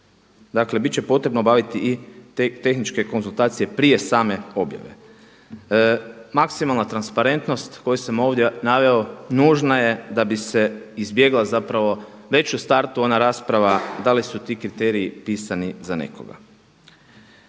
Dakle bit će potrebno obaviti i tehničke konzultacije prije same objave. Maksimalna transparentnost koju sam ovdje naveo nužna je da bi se izbjegla već u startu ona rasprava da li su ti kriteriji pisani za nekoga.